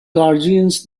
guardians